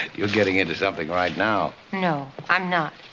you're getting into something right now. no, i'm not.